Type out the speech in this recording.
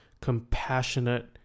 Compassionate